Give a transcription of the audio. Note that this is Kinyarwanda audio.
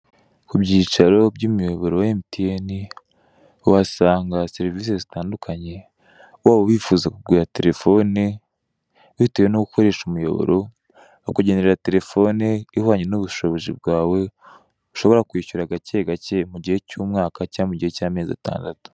Kubyicaro byumuyoboro wa MTN uhasanga serivise zitandukanye waba wifuza kugura telefone bitewe nuko ukoresha umuyoboro bakugenera telefone ihwanye nubushobozi bwawe ushobora kwishyura gake gake mugihe cya umwaka cyangwa mugihe cya amezi atandatu.